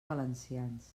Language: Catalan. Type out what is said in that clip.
valencians